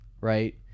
right